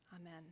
Amen